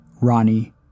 Ronnie